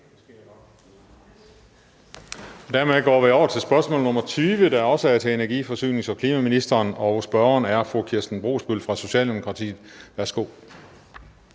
Dermed går vi over spørgsmål nr. 20, der også er til energi-, forsynings- og klimaministeren, og spørgeren er fru Kirsten Brosbøl fra Socialdemokratiet. Kl.